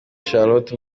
charlotte